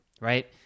right